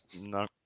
no